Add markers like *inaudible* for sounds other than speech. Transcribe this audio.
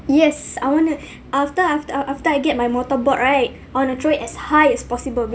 yes I want the *breath* after after af~ after I get my mortarboard right I want to throw it as high as possible